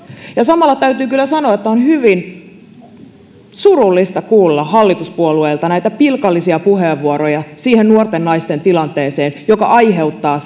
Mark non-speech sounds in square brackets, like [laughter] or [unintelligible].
toiset samalla täytyy kyllä sanoa että on hyvin surullista kuulla hallituspuolueilta näitä pilkallisia puheenvuoroja siihen nuorten naisten tilanteeseen joka aiheuttaa [unintelligible]